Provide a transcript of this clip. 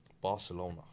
Barcelona